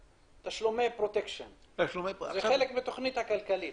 הסוגיה מורכבת והאחריות מוטלת על חלקים גדולים,